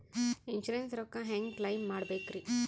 Insurance ರೊಕ್ಕ ಹೆಂಗ claim ಮಾಡ್ಬೇಕ್ರಿ?